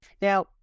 Now